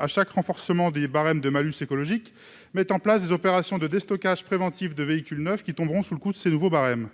À chaque renforcement des barèmes du malus écologique, des concessionnaires mettent en place des opérations de déstockage préventif de véhicules neufs qui tomberont sous le coup de ces nouveaux barèmes.